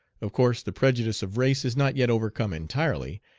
of course the prejudice of race is not yet overcome entirely,